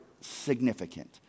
significant